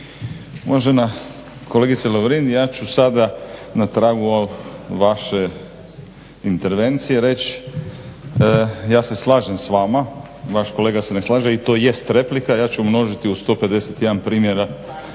Uvažena kolegice Lovrin, ja ću sada na tragu ove vaše intervencije reći, ja se slažem s vama, vaš kolega se ne slaže i to jest replika, ja ću umnožiti u 151 primjera